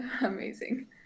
Amazing